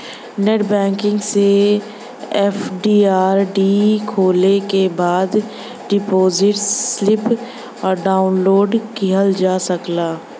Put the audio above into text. net banking से FD RD खोले के बाद डिपाजिट स्लिप डाउनलोड किहल जा सकला